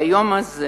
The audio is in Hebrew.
ביום הזה